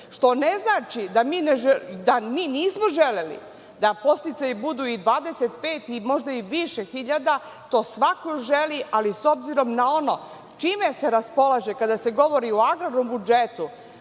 što ne znači da mi nismo želeli da podsticaji budu i 25 i možda i više hiljada, to svako želi, ali s obzirom na ono čime se raspolaže kada se govori o agrarnom budžetu,